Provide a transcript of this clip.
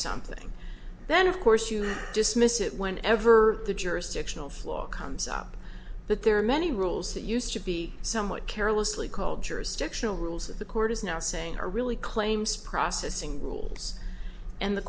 something then of course you dismiss it whenever the jurisdictional flaw comes up but there are many rules that used to be somewhat carelessly called jurisdictional rules that the court is now saying are really claims processing rules and the